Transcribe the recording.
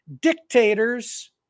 dictators